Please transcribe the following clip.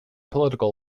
political